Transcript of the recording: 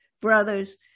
brothers